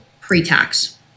pre-tax